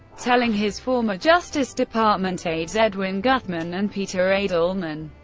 telling his former justice department aides, edwin guthman and peter edelman,